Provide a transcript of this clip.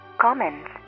comments